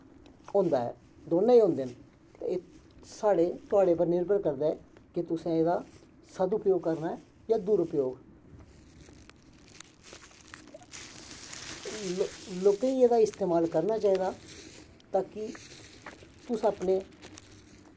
होंदा ऐ दौनें होंदे न ते साढ़े तोआढ़े पर निरभर करदा ऐ कि तुसें एह्दा सदुपयोग करना ऐ जां दुरपयोग लोकें गी एह्दा इस्तमाल करना चाहिदा ताकि तुस अपने